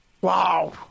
Wow